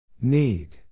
Need